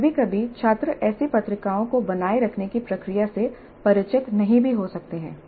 और कभी कभी छात्र ऐसी पत्रिकाओं को बनाए रखने की प्रक्रिया से परिचित नहीं भी हो सकते हैं